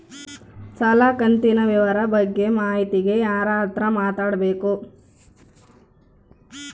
ಸಾಲ ಕಂತಿನ ವಿವರ ಬಗ್ಗೆ ಮಾಹಿತಿಗೆ ಯಾರ ಹತ್ರ ಮಾತಾಡಬೇಕು?